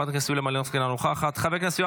חברת הכנסת יוליה מלינובסקי, אינה נוכחת.